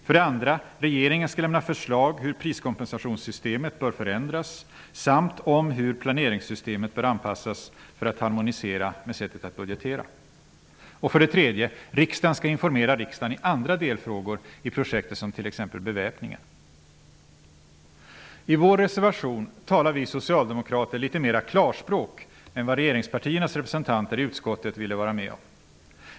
För det andra skall regeringen lämna förslag om hur priskompensationssystemet bör förändras samt om hur planeringssystemet bör anpassas för att harmonisera med sättet att budgetera. För det tredje skall regeringen informera riksdagen om andra delfrågor i projektet, t.ex. om beväpningen. I vår reservation talar vi socialdemokrater litet mera klarspråk än vad regeringspartiernas representanter i utskottet ville vara med om.